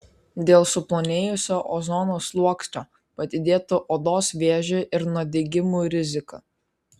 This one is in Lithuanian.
dėl suplonėjusio ozono sluoksnio padidėtų odos vėžio ir nudegimų rizika